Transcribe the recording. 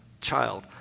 child